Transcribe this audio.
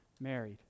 married